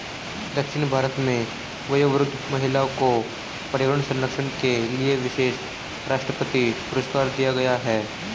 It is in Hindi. दक्षिण भारत में वयोवृद्ध महिला को पर्यावरण संरक्षण के लिए विशेष राष्ट्रपति पुरस्कार दिया गया है